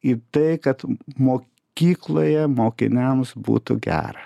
į tai kad mokykloje mokiniams būtų gera